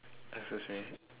excuse me